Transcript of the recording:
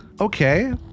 okay